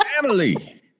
Family